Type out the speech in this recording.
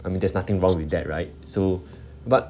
I mean there's nothing wrong with that right so but